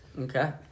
okay